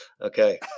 Okay